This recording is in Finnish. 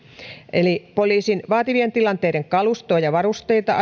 eli poliisin vaativien tilanteiden kalustoa ja varusteita